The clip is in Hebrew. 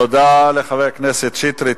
תודה לחבר הכנסת שטרית.